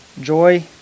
joy